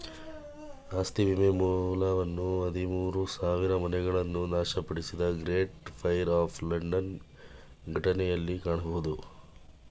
ಆಸ್ತಿ ವಿಮೆ ಮೂಲವನ್ನ ಹದಿಮೂರು ಸಾವಿರಮನೆಗಳನ್ನ ನಾಶಪಡಿಸಿದ ಗ್ರೇಟ್ ಫೈರ್ ಆಫ್ ಲಂಡನ್ ಘಟನೆಯಲ್ಲಿ ಕಾಣಬಹುದು